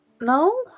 No